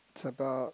it's about